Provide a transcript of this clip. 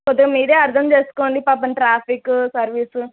కొద్దిగ మీరే అర్థం చేసుకోండి పాపం ట్రాఫిక్ సర్వీస్